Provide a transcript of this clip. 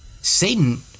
Satan